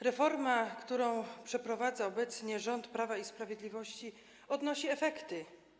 Reforma, którą przeprowadza obecnie rząd Prawa i Sprawiedliwości, przynosi efekty.